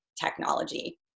technology